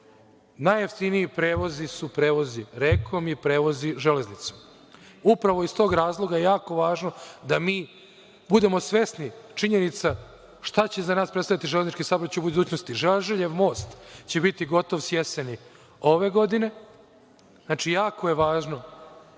Najjeftiniji prevozi su prevozi rekom i prevozi železnicom. Upravo iz tog razloga je jako važno da mi budemo svesni činjenica šta će za nas predstavljati železnički saobraćaj u budućnosti. Žeželjev most će biti gotov s jeseni ove godine. Jako je važno